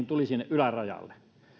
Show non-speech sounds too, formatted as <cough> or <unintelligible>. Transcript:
<unintelligible> tuli sinne ylärajalle